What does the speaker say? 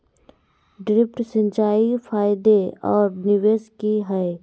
Drip सिंचाई के फायदे और निवेस कि हैय?